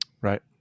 right